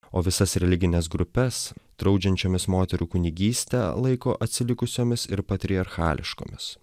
o visas religines grupes draudžiančiomis moterų kunigystę laiko atsilikusiomis ir patriarchališkomis